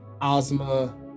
ozma